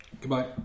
Goodbye